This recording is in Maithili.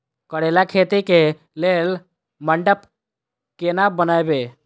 करेला खेती कऽ लेल मंडप केना बनैबे?